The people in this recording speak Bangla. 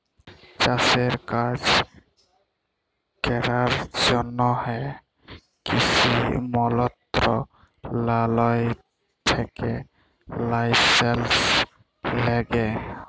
চাষের কাজ ক্যরার জ্যনহে কিসি মলত্রলালয় থ্যাকে লাইসেলস ল্যাগে